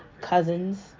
cousins